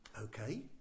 Okay